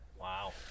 Wow